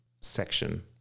section